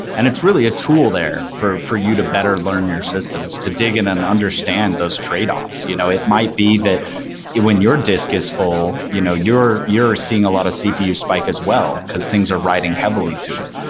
and it's really a tool there for for you to better learn your systems, to dig in and understand those trade-offs. you know it might be that when your disk is full, you know you're seeing a lot of cpu spike as well, because things are writing heavily to it.